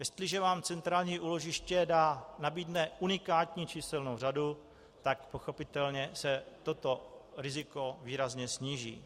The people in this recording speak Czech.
Jestliže vám centrální úložiště nabídne unikátní číselnou řadu, tak pochopitelně se toto riziko výrazně sníží.